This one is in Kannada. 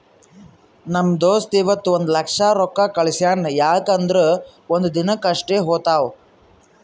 ನಮ್ ದೋಸ್ತ ಇವತ್ ಒಂದ್ ಲಕ್ಷ ರೊಕ್ಕಾ ಕಳ್ಸ್ಯಾನ್ ಯಾಕ್ ಅಂದುರ್ ಒಂದ್ ದಿನಕ್ ಅಷ್ಟೇ ಹೋತಾವ್